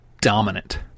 dominant